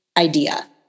idea